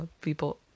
people